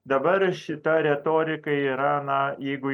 dabar šita retorika yra na jeigu